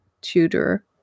Tutor